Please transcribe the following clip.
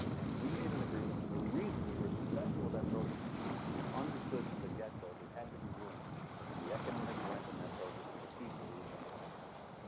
and we made an agreement and the reason we were successful with that project was we understood from the get-go there had to be room in the economic rent in that project for the people who lived on the land first.